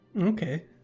okay